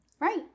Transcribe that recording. Right